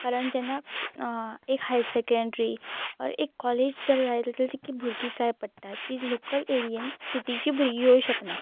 कारण जेन्ना एक हाय सॅकँड्री ऑर एक कॉलेज जर जायत जाल्यार तितलीं भुरगीं जाय पडटा ती लोकल एरियेन सिटीची भुरगीं येवं शकना